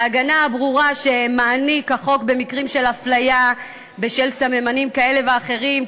ההגנה הברורה שמעניק החוק במקרים של הפליה בשל סממנים כאלה ואחרים,